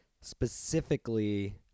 specifically